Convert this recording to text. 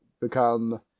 become